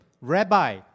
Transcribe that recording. Rabbi